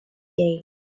game